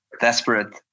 desperate